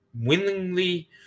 willingly